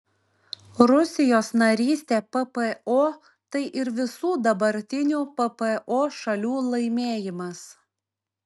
rusijos narystė ppo tai ir visų dabartinių ppo šalių laimėjimas